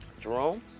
Jerome